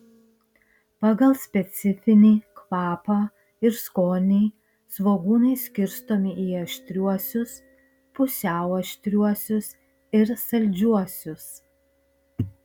pagal specifinį kvapą ir skonį svogūnai skirstomi į aštriuosius pusiau aštriuosius ir saldžiuosius